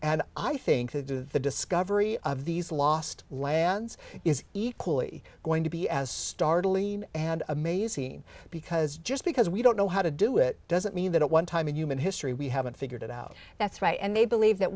and i think the discovery of these lost lands is equally going to be as startling and amazing because just because we don't know how to do it doesn't mean that at one time in human history we haven't figured it out that's right and they believe that